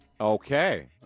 okay